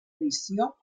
edició